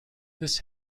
this